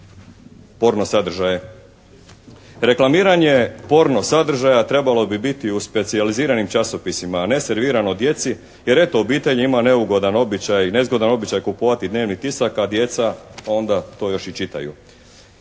Reklamiranje porno sadržaja trebalo bi biti u specijaliziranim časopisima a ne servisarno djeci jer eto obitelj ima neugodan običaj, nezgodan običaj kupovati dnevni tisak a djeca onda to još i čitaju.